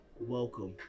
Welcome